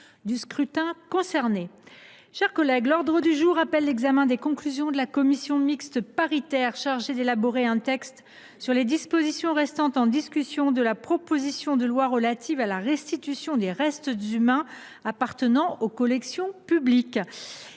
du scrutin. L’ordre du jour appelle l’examen des conclusions de la commission mixte paritaire chargée d’élaborer un texte sur les dispositions restant en discussion de la proposition de loi relative à la restitution des restes humains appartenant aux collections publiques